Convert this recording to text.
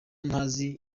ntazi